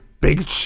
big